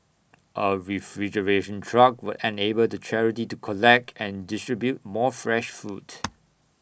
A refrigeration truck will enable to charity to collect and distribute more fresh food